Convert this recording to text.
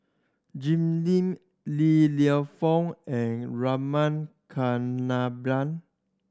Jim Lim Li Lienfung and Rama Kannabiran